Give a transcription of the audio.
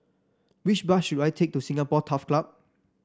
which bus should I take to Singapore Turf Club